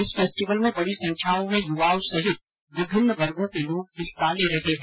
इस फेस्टिवल में बड़ी संख्या में युवाओं सहित विभिन्न वर्गो के लोग हिस्सा ले रहे है